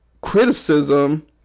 criticism